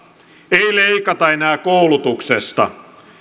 ei leikata enää koulutuksesta